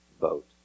vote